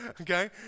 okay